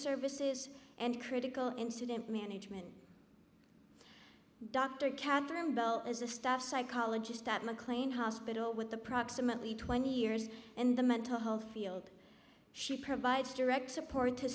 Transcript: services and critical incident management dr catherine bell is a staff psychologist at mclean hospital with approximately twenty years in the mental health field she provides direct support to